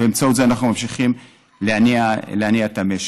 ובאמצעות זה אנחנו ממשיכים להניע את המשק.